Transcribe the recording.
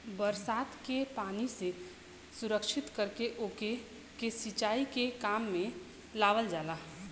बरसात के पानी से संरक्षित करके ओके के सिंचाई के काम में लियावल जाला